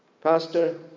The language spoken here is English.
Pastor